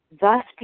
thus